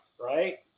right